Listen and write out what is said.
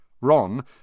Ron